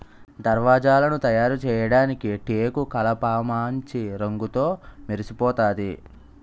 దర్వాజలను తయారుచేయడానికి టేకుకలపమాంచి రంగుతో మెరిసిపోతాది